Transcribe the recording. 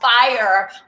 fire